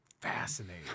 fascinating